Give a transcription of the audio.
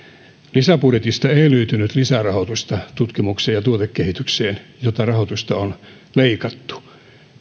lisäbudjetista ei löytynyt lisärahoitusta tutkimukseen ja tuotekehitykseen mistä rahoitusta on leikattu